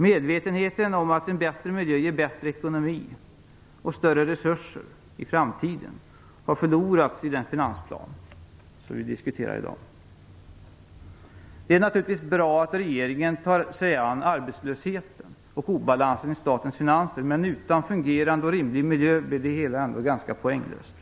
Medvetenheten om att en bättre miljö ger bättre ekonomi och större resurser i framtiden har förlorats i den finansplan som vi diskuterar i dag. Det är naturligtvis bra att regeringen tar sig an arbetslösheten och obalansen i statens finanser. Men utan en fungerande och rimlig miljö blir det hela ändå ganska poänglöst.